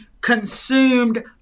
consumed